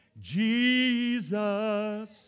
Jesus